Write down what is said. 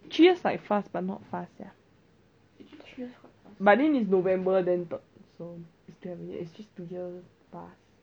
then need to talk for one hour again